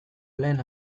lehen